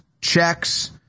checks